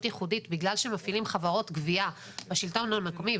ייחודית בגלל שמפעילים חברות גבייה בשלטון המקומי,